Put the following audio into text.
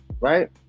right